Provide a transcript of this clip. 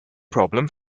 problem